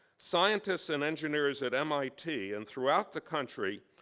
scientists and engineers at mit, and throughout the country,